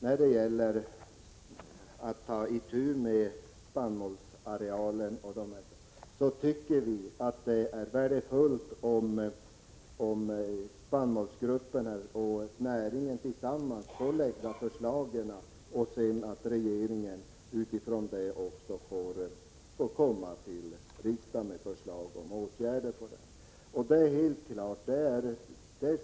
När det gäller spannmålsarealen tycker vi, Karl Erik Olsson, att det är värdefullt om spannmålsgruppen och näringen tillsammans får lägga fram förslag, varefter regeringen kan lämna riksdagen förslag om åtgärder. Som Karl Erik Olsson säger brådskar det.